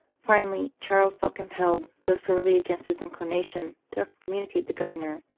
finally, charles felt com pelled, though sorely against his inclination, to excommunicate the governor,